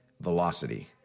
Velocity